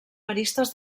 maristes